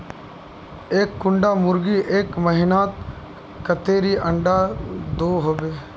एक कुंडा मुर्गी एक महीनात कतेरी अंडा दो होबे?